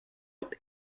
und